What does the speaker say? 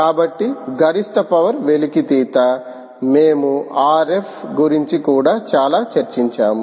కాబట్టి గరిష్ట పవర్ వెలికితీత మేము ఆర్ ఎప్గురించి కూడా చాలా చర్చించాము